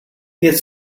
gets